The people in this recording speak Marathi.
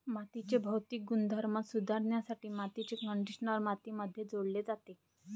मातीचे भौतिक गुणधर्म सुधारण्यासाठी मातीचे कंडिशनर मातीमध्ये जोडले जाते